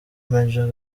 major